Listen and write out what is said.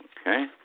Okay